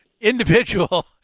individual